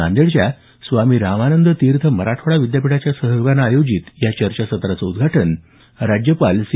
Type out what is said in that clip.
नांदेडच्या स्वामी रामानंद तीर्थ मराठवाडा विद्यापीठाच्या सहयोगानं आयोजित या चर्चासत्राचं उद्घाटन राज्यपाल सी